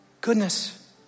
Goodness